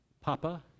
Papa